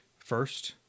First